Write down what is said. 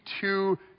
two